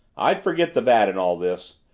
i'd forget the bat in all this.